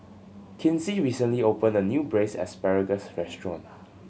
Kinsey recently opened a new Braised Asparagus restaurant